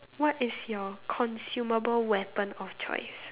what is your consumable weapon of choice